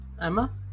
Emma